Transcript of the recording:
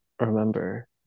remember